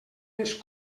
més